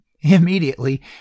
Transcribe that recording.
Immediately